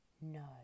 No